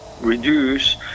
reduce